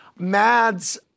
Mads